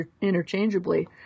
interchangeably